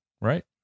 right